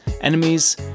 enemies